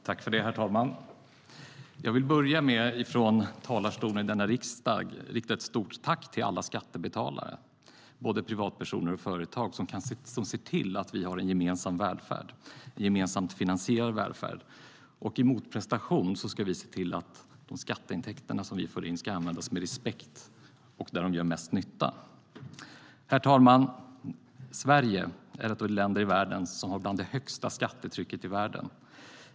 Herr talman! Jag vill börja med att från talarstolen i riksdagen rikta ett stort tack till alla skattebetalare, både privatpersoner och företag, som ser till att vi har en gemensamt finansierad välfärd. Som motprestation ska vi se till att de skatteintäkter som vi får in ska användas med respekt och där de gör mest nytta. Herr talman! Sverige är ett av de länder i världen som har det högsta skattetrycket i världen.